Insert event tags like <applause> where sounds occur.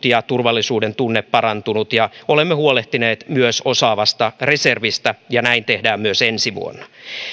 <unintelligible> ja turvallisuudentunne on parantunut olemme huolehtineet myös osaavasta reservistä ja näin tehdään myös ensi vuonna